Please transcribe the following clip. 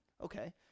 okay